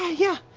yeah,